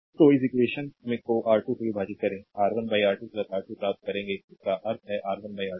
तो इस इक्वेशन को R2 से विभाजित करें R1 R1 R2 प्राप्त करेंगे जिसका अर्थ है R1 R1 R2 i